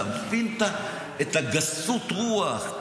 תבין את גסות הרוח,